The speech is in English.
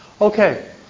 Okay